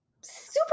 super